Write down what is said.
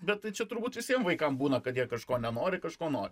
bet tai čia turbūt visiem vaikam būna kad jie kažko nenori kažko